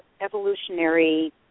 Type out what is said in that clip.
evolutionary